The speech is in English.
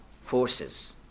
forces